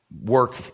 work